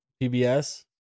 pbs